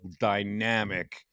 dynamic